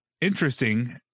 interesting